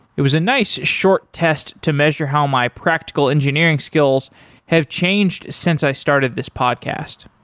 it was a nice short test to measure how my practical engineering skills have changed since i started this podcast.